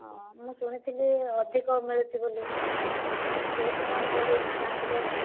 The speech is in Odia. ମୁଁ ଶୁଣିଥିଲି ଅଧିକ ମିଳୁଛି ବୋଲି ସେଇଥିପାଇଁ କହିଲି ଇନ୍ସୁରାନ୍ସ ଟେ